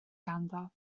ganddo